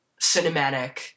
cinematic